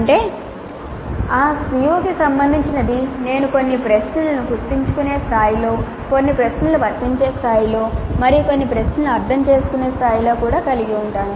అంటే ఆ CO కి సంబంధించినది నేను కొన్ని ప్రశ్నలను గుర్తుంచుకునే స్థాయిలో కొన్ని ప్రశ్నలను వర్తించే స్థాయిలో మరియు కొన్ని ప్రశ్నలను అర్థం చేసుకునే స్థాయిలో కూడా కలిగి ఉంటాను